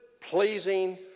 pleasing